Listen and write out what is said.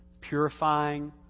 Purifying